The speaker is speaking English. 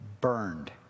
burned